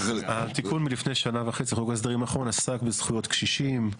התיקון מלפני שנה וחצי בחוק ההסדרים האחרון עסק בזכויות קשישים,